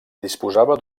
disposava